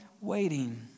waiting